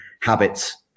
habits